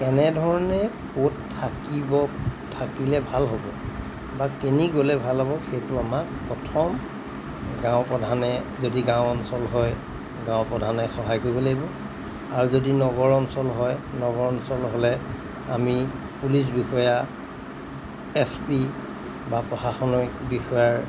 কেনেধৰণে ক'ত থাকিব থাকিলে ভাল হ'ব বা কেনি গ'লে ভাল হ'ব সেইটো আমাক প্ৰথম গাঁও প্ৰধানে যদি গাঁও অঞ্চল হয় গাঁও প্ৰধানে সহায় কৰিব লাগিব আৰু যদি নগৰ অঞ্চল হয় নগৰ অঞ্চল হ'লে আমি পুলিচ বিষয়া এছ পি বা প্ৰশাসনিক বিষয়াৰ